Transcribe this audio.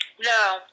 No